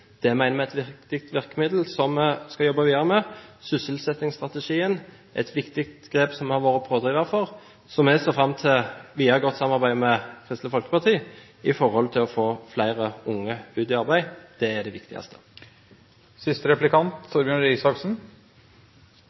Det mener vi er et viktig virkemiddel, som vi skal jobbe videre med. Sysselsettingsstrategien er et viktig grep, som vi har vært pådrivere for. Så vi ser fram til et videre godt samarbeid med Kristelig Folkeparti for å få flere unge ut i arbeid. Det er det viktigste.